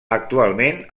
actualment